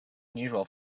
unusual